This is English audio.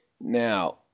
Now